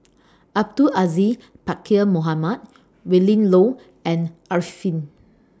Abdul Aziz Pakkeer Mohamed Willin Low and Arifin